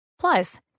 Plus